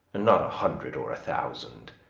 and not a hundred or a thousand